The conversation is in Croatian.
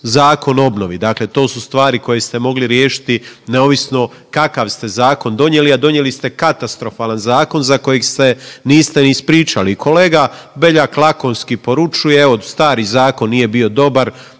Zakon o obnovi, dakle to su stvari koje ste mogli riješiti neovisno kakav ste zakon donijeli, a donijeli ste katastrofalan zakon za kojeg se niste ni ispričali. Kolega Beljak lakonski poručuje, evo stari zakon nije bio dobar,